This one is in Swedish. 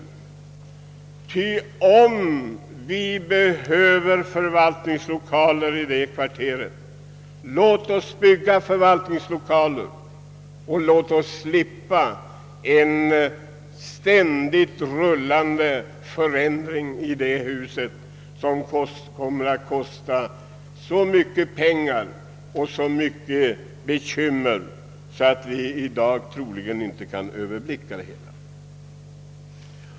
Behövs det förvaltningslokaler, låt oss då bygga förvaltningslokaler och låt oss slippa en ständigt pågående förändring i det huset, som kommer att kosta så mycket pengar och bekymmer att vi i dag troligen inte kan Ööverblicka det hela.